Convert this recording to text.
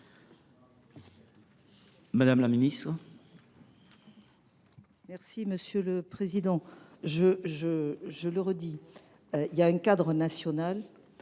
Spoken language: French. Madame la ministre,